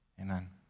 Amen